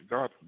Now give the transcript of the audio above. God